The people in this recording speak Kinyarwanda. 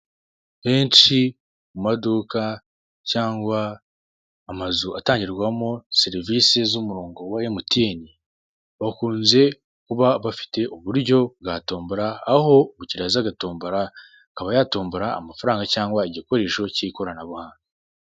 Henshi mu maduka cyangwa amazu atangirwamo serivise z'umurongo wa emutiyeni, bakunze kuba bafite uburyo bwa tombora aho umukiriya aza agatombora akaba yatombora amafaranga cyangwa igikoresho k'ikoranabuhanga.